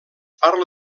parla